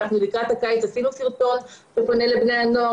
לקראת הקיץ עשינו סרטון שפונה לבני הנוער